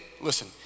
listen